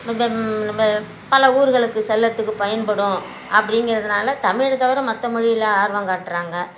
இப்போ பல ஊர்களுக்கு செல்கிறதுக்கு பயன்படும் அப்படிங்கிறதுனால தமிழை தவிர மற்ற மொழியில் ஆர்வம் காட்டுகிறாங்க